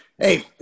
Hey